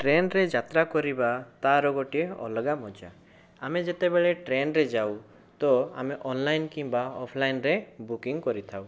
ଟ୍ରେନରେ ଯାତ୍ରାକରିବା ତା ର ଗୋଟିଏ ଅଲଗା ମଜା ଆମେ ଯେତେବେଳେ ଟ୍ରେନରେ ଯାଉ ତ ଆମେ ଅନଲାଇନ କିମ୍ବା ଅଫଲାଇନରେ ବୁକିଂ କରିଥାଉ